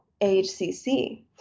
AHCC